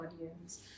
audience